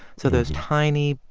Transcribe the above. so those tiny,